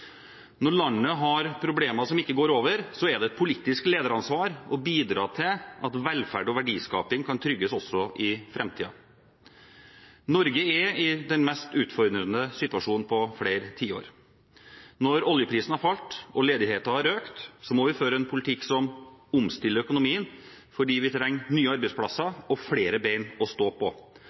Når landet har problemer som ikke går over, er det et politisk lederansvar å bidra til at velferd og verdiskaping kan trygges, også i framtiden. Norge er i den mest utfordrende situasjonen på flere tiår. Når oljeprisen har falt og ledigheten har økt, må vi føre en politikk som omstiller økonomien, fordi vi trenger nye arbeidsplasser og flere bein å stå på.